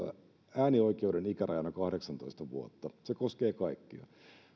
äänioikeuden ikärajana kahdeksantoista vuotta se koskee kaikkia